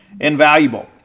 invaluable